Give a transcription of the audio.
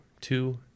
two